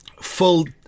Full